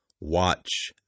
Watch